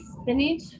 spinach